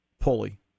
pulley